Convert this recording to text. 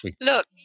Look